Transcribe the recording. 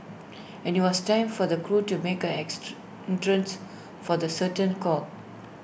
and IT was time for the crew to make an for the curtain call